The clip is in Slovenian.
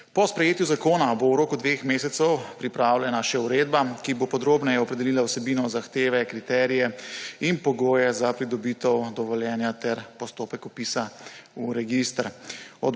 Po sprejetju zakona bo v roku dveh mesecev pripravljena še uredba, ki bo podrobneje opredelila vsebino, zahteve, kriterije in pogoje za pridobitev dovoljenja ter postopek vpisa v register.